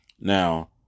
Now